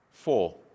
four